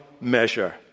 measure